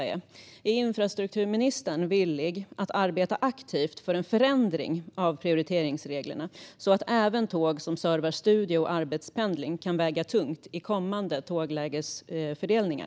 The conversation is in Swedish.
Är infrastrukturministern villig att arbeta aktivt för en förändring av prioriteringsreglerna så att även tåg för studie och arbetspendling kan väga tungt i kommande tåglägesfördelningar?